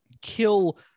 kill